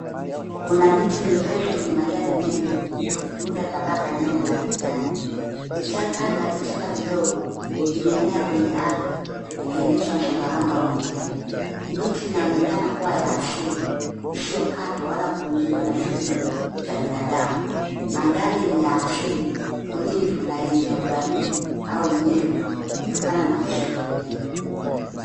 Kuna miti mirefu yenye majani mengi, ikiunda tabaka nene la kijani. Vichaka na vichaka vidogo vimeenea kwenye ardhi vikionyesha msongamano wa mimea. Miti inaonekana kuwa ya asili, isiyokatwa wala kuingiliwa na shughuli za binadamu. Mandhari ni ya asili, tulivu na yenye ubaridi au unyevu kutokana na msitu mnene.